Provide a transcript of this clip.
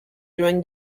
during